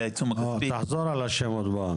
העיצום הכספי --- תחזור על השם עוד פעם.